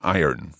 iron